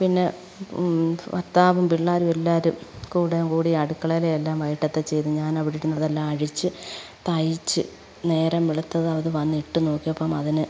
പിന്നെ ഭർത്താവും പിള്ളേരും എല്ലാവരും കൂടെയും കൂടി അടുക്കളയിലെ എല്ലാം വൈകിയിട്ടത്തെ ചെയ്ത് ഞാൻ അവിടെയിരുന്ന് അതെല്ലാം അഴിച്ചു തയ്ച്ചു നേരം വെളുത്തതും അതു വന്ന് ഇട്ട് നോക്കിയപ്പം അതിന്